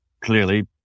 clearly